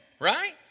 right